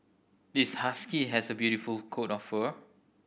this husky has a beautiful coat of fur